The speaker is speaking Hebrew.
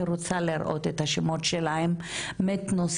רוצה לראות את השמות שלהן מתנוססים.